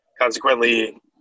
consequently